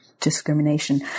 discrimination